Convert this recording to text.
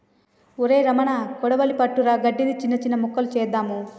ఒరై రమణ కొడవలి పట్టుకురా గడ్డిని, సిన్న సిన్న మొక్కలు కోద్దాము